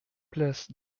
place